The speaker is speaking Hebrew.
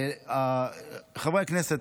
חברי הכנסת,